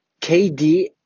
KD